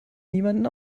niemandem